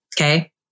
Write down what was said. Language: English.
Okay